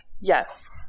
yes